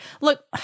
Look